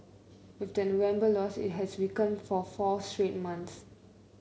with the November loss it has weakened for four straight months